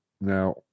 Now